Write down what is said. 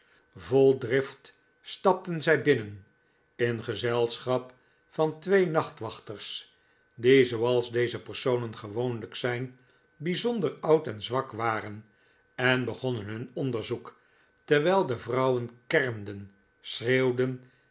vol drift stapten zij binnen in gezelschap van twee nachtwachts die zooals deze personen gewoonlijk zijn bijzonder oud en zwak waren en begonnen nun onderzoek terwijl de vrouwen kermden schreeuwden